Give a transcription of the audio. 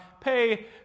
pay